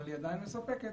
אבל היא עדיין מספקת